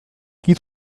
qui